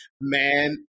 man